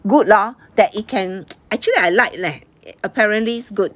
good lah that it can actually I like leh apparently good